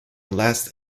last